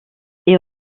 est